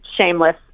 shameless